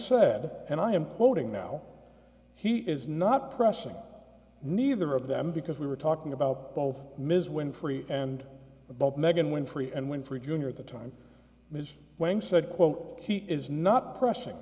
said and i am quoting now he is not pressing neither of them because we were talking about both ms winfrey and both meghan winfrey and winfrey jr at the time ms wing said quote he is not pressing